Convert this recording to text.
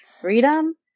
freedom